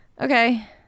okay